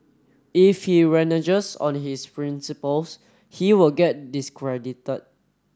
if he reneges on his principles he will get discredited